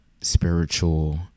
spiritual